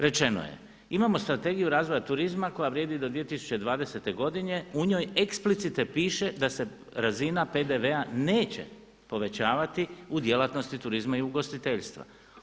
Rečeno je imamo Strategiju razvoja turizma koja vrijedi do 2020. godine u njoj eksplicite piše da se razina PDV-a neće povećavati u djelatnosti turizma i ugostiteljstva.